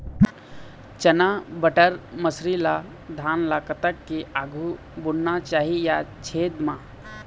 चना बटर मसरी ला धान ला कतक के आघु बुनना चाही या छेद मां?